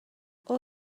اوه